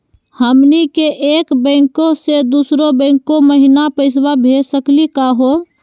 हमनी के एक बैंको स दुसरो बैंको महिना पैसवा भेज सकली का हो?